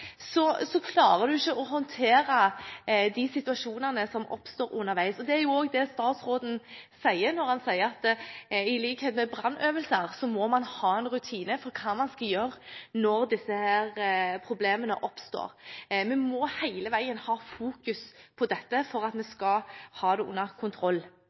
klarer en ikke å håndtere de situasjonene som oppstår underveis. Det er også det statsråden sier når han sier at i likhet med brannøvelser må man ha en rutine for hva man skal gjøre når disse problemene oppstår. Vi må hele veien fokusere på dette for at vi skal ha det under kontroll.